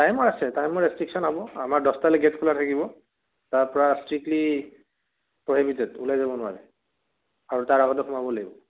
টাইমৰ আছে টাইমৰ ৰেষ্ট্ৰিকচন হ'ব আমাৰ দহটালৈ গে'ট খোলা থাকিব তাৰপৰা ষ্ট্ৰিকলি প্ৰহেবিটেড ওলাই যাব নোৱাৰে আৰু তাৰ আগতে সোমাব লাগিব